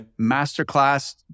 Masterclass